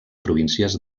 províncies